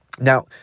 Now